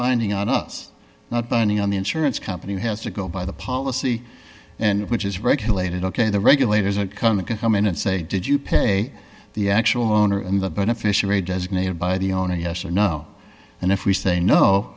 binding on us not burning on the insurance company has to go by the policy which is regulated ok the regulators are coming to come in and say did you pay the actual owner of the beneficiary designated by the owner yes or no and if we say no